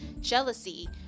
jealousy